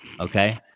Okay